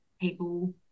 people